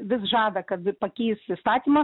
vis žada kad pakeis įstatymą